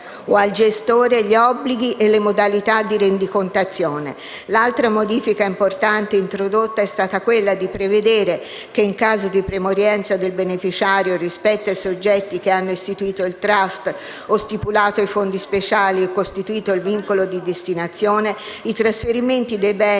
o al gestore, gli obblighi e le modalità di rendicontazione. L'altra modifica importante introdotta è stata quella di prevedere che in caso di premorienza del beneficiario rispetto ai soggetti che hanno istituito il *trust* o stipulato i fondi speciali e costituito il vincolo di destinazione, i trasferimenti dei beni